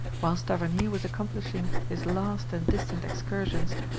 whilst tavernier was accomplishing his last and distant excursions,